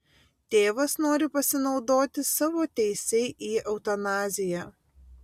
tėvas nori pasinaudoti savo teise į eutanaziją